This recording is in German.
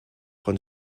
von